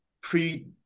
pre